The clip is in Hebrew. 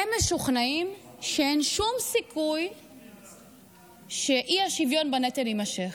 הם משוכנעים שאין שום סיכוי שהאי-שוויון בנטל יימשך.